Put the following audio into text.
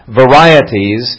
varieties